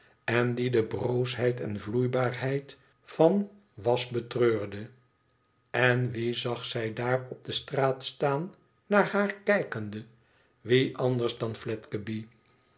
en die de broosheid en vloeibaarheid van was betreurde n wie zag zij daar op de straat staan naar haar kijkende wie anders dan